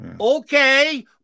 okay